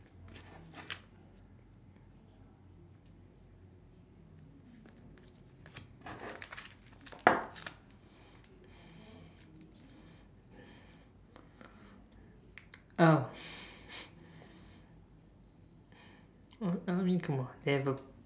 ah I mean never been to never